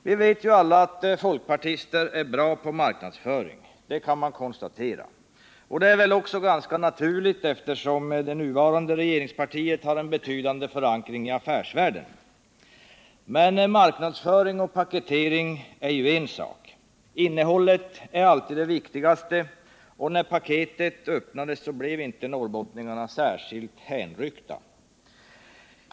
Vi vet alla att folkpartister är bra på marknadsföring. Att så är fallet är väl naturligt, eftersom det nuvarande regeringspartiet har en betydande förankring i affärsvärlden. Men marknadsföring och paketering är ju en sak. Innehållet är alltid det viktigaste, och när paketet öppnades blev inte norrbottningarna särskilt hänryckta.